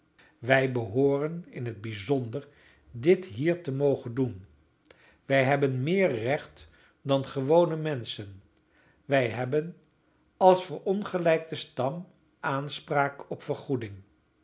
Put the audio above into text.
wij behoorden in het bijzonder dit hier te mogen doen wij hebben meer recht dan gewone menschen wij hebben als verongelijkte stam aanspraak op vergoeding